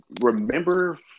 remember